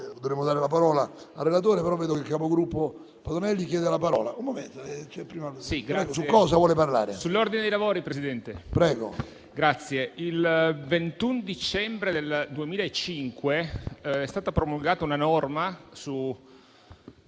il 21 dicembre 2005 è stata promulgata una norma, su